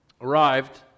arrived